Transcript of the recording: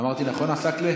אמרתי נכון עסאקלה?